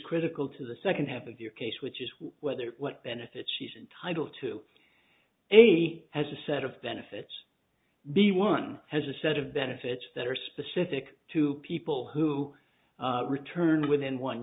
critical to the second half of your case which is whether what benefits she's entitle to a has a set of benefits b one has a set of benefits that are specific to people who return within one